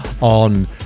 on